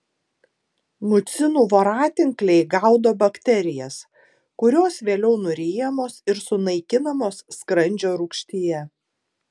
mucinų voratinkliai gaudo bakterijas kurios vėliau nuryjamos ir sunaikinamos skrandžio rūgštyje